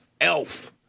elf